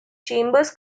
chambers